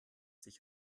sich